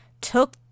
took